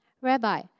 Rabbi